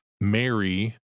Mary